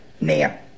now